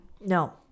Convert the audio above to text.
No